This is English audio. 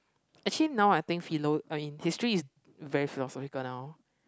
actually now I think philo I mean history is very philosophical now